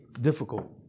difficult